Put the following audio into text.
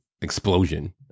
explosion